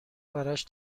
براش